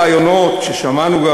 רעיונות שגם שמענו,